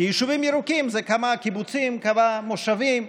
כי יישובים ירוקים זה כמה קיבוצים וכמה מושבים,